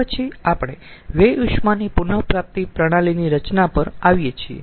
તે પછી આપણે વ્યય ઉષ્માની પુન પ્રાપ્તિ પ્રણાલીની રચના પર આવીયે છીએ